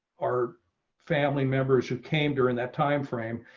our family members who came during that time frame,